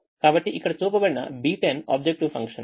కాబట్టి ఇక్కడ చూపబడిన B10 ఆబ్జెక్టివ్ ఫంక్షన్